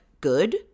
good